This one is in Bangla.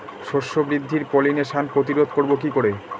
শস্য বৃদ্ধির পলিনেশান প্রতিরোধ করব কি করে?